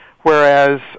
whereas